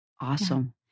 Awesome